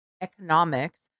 economics